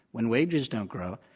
when wages don't grow,